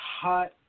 hot